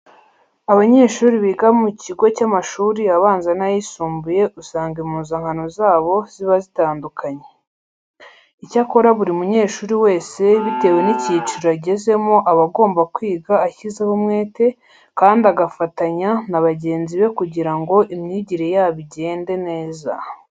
Abanyeshuri biga mu kigo cy'amashuri abanza n'ayisumbuye usanga impuzankano zabo ziba zitandukanye. Icyakora buri munyeshuri wese bitewe n'icyiciro agezemo aba agomba kwiga ashyizeho umwete kandi agafatanya na bagenzi be kugira ngo imyigire yabo igende neza.